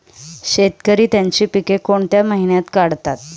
शेतकरी त्यांची पीके कोणत्या महिन्यात काढतात?